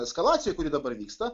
eskalacija kuri dabar vyksta